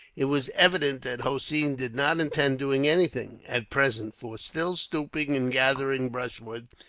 it was evident that hossein did not intend doing anything, at present for, still stooping and gathering brushwood,